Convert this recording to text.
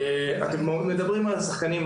אתם מדברים על השחקנים,